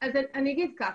אני אגיד כך,